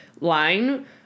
line